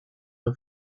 the